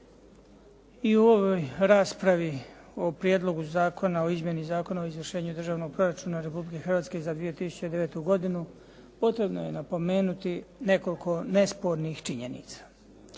I u ovoj raspravi o Prijedlogu zakona o izmjeni Zakona o izvršenju državnog proračuna Republike Hrvatske za 2009. godinu, potrebno je napomenuti nekoliko nespornih činjenica.